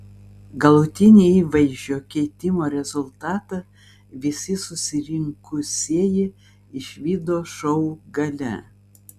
galutinį įvaizdžio keitimo rezultatą visi susirinkusieji išvydo šou gale